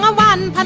ah one